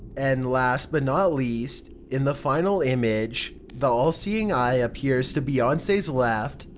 and, last but not least, in the final image, the all-seeing eye appears to beyonce's left.